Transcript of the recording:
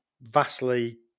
Vastly